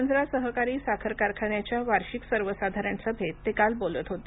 मांजरा सहकारी साखर कारखान्याच्या वार्षिक सर्वसाधारण सभेत ते काल बोलत होते